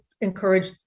encourage